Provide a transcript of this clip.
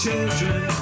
Children